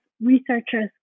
researchers